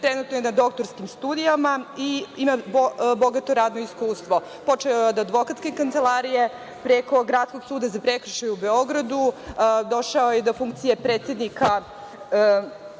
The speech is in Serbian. trenutno je na doktorskim studijama i ima bogato radno iskustvo. Počeo je od advokatske kancelarije, preko Gradskog suda za prekršaje u Beogradu, došao je do funkcije predsednika